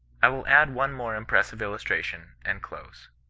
i will add one more impressive iuustration, and close.